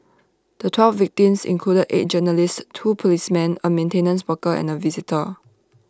the twelve victims included eight journalists two policemen A maintenance worker and A visitor